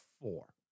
four